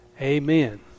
Amen